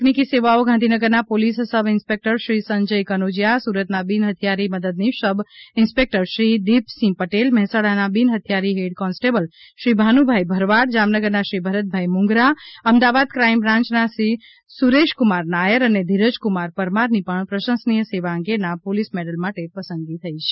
તકનીકી સેવાઓ ગાંધીનગરના police sub inspector Shri Sanjay Kanojiya સુરતના બિનહથિયારી મદદનીશ સબ ઇન્સ્પેકટર શ્રી દીપસિંહ પટેલ મહેસાણાના બિન હૃથિયારી હેડ કોન્સ્ટેબલ શ્રી ભાનુભાઇ ભરવાડ જામનગરના શ્રી ભરતભાઇ મૂંગરા અમદાવાદ ક્રાઇમ બ્રાન્યના શ્રી સુરેશકુમાર નાયર અને ધીરજકુમાર પરમારની પણ પ્રશંસનીય સેવા અંગેના પોલીસ મેડલ માટે પસંદગી થઈ છે